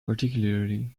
particularly